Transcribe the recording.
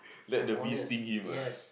let the bee sting him ah